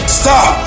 stop